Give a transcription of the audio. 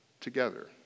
together